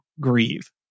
grieve